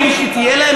שר הרווחה במשך שנתיים.